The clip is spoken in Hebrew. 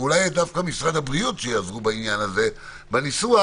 ואולי דווקא משרד הבריאות יעזרו בעניין הזה בניסוח,